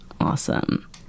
awesome